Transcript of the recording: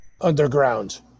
underground